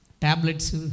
tablets